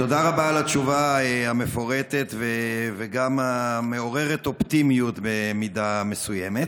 תודה רבה על התשובה המפורטת וגם המעוררת אופטימיות במידה מסוימת.